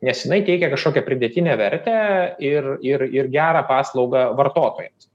nes jinai teikia kažkokią pridėtinę vertę ir ir ir gerą paslaugą vartotojams